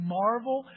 marvel